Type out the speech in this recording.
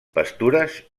pastures